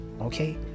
Okay